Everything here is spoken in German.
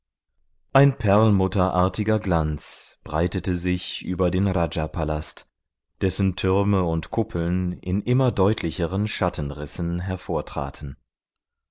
ein perlmutterartiger glanz breitete sich über den rajapalast dessen türme und kuppeln in immer deutlicheren schattenrissen hervortraten